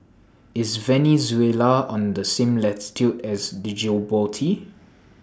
IS Venezuela on The same latitude as Djibouti